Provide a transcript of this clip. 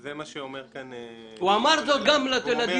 וזה מה שאומר כאן שמעון --- הוא אמר זאת גם לדיור.